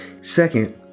Second